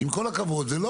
מה